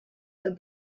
the